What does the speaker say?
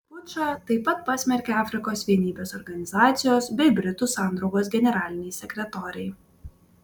pučą taip pat pasmerkė afrikos vienybės organizacijos bei britų sandraugos generaliniai sekretoriai